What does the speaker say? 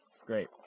Great